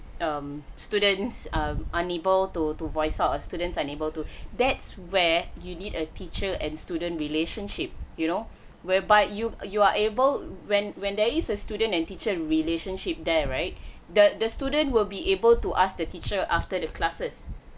um students um unable to to voice out or students unable to that's where you need a teacher and student relationship you know whereby you you are able when when there is a student and teacher relationship there right the the student will be able to ask the teacher after the classes